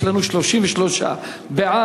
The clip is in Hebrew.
יש לנו 33 בעד,